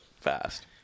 fast